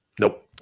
Nope